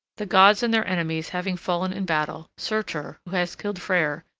the gods and their enemies having fallen in battle, surtur, who has killed freyr,